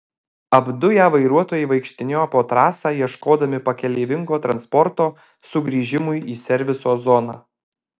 apduję vairuotojai vaikštinėjo po trasą ieškodami pakeleivingo transporto sugrįžimui į serviso zoną